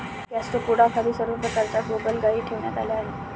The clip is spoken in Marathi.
गॅस्ट्रोपोडाखाली सर्व प्रकारच्या गोगलगायी ठेवण्यात आल्या आहेत